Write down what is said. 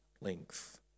length